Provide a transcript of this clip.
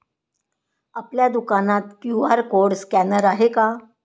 आपल्या दुकानात QR code scanner आहे का?